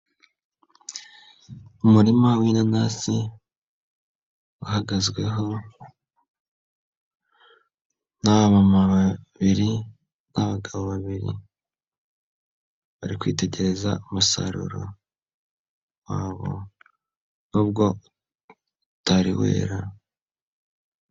Umurima w'inanasi uhagazweho n'abamama babiri n'abagabo babiri. Bari kwitegereza umusaruro wabo nubwo utari wera.